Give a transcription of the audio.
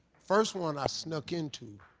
first one i snuck into